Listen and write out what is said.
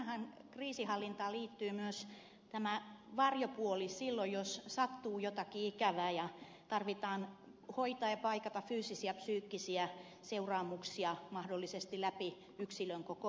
ainahan kriisinhallintaan liittyy myös tämä varjopuoli silloin jos sattuu jotakin ikävää ja tarvitsee hoitaa ja paikata fyysisiä ja psyykkisiä seuraamuksia mahdollisesti läpi yksilön koko elämän